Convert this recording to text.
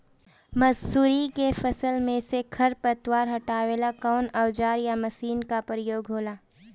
मसुरी के फसल मे से खरपतवार हटावेला कवन औजार या मशीन का प्रयोंग होला?